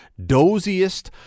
doziest